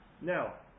now